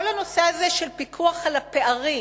כל הנושא הזה של פיקוח על הפערים,